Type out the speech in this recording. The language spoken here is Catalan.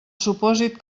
supòsit